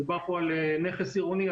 מדובר פה על נכס עירוני,